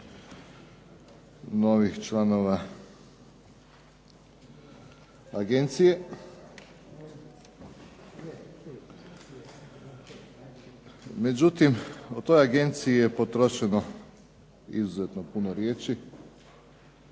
novih članova agencije. Međutim, u toj Agenciji je potrošeno izuzetno puno riječi.